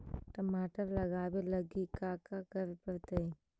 टमाटर लगावे लगी का का करये पड़तै?